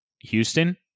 Houston